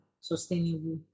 sustainable